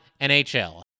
NHL